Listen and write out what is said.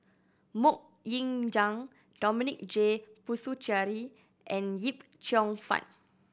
Mok Ying Jang Dominic J Puthucheary and Yip Cheong Fun